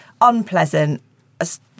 unpleasant